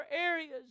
areas